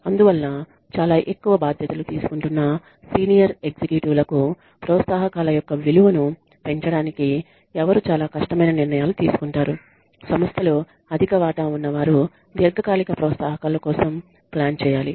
అందువల్ల చాలా ఎక్కువ బాధ్యతలు తీసుకుంటున్న సీనియర్ ఎగ్జిక్యూటివ్ లకు ప్రోత్సాహకాల యొక్క విలువను పెంచడానికి ఎవరు చాలా కష్టమైన నిర్ణయాలు తీసుకుంటారు సంస్థలో అధిక వాటా ఉన్న వారు దీర్ఘకాలిక ప్రోత్సాహకాల కోసం ప్లాన్ చేయాలి